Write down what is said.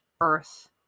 earth